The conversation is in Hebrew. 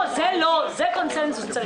זה צריך להיות קונצנזוס.